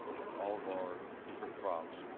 all of our different crops.